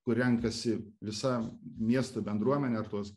kur renkasi visa miesto bendruomenė tuos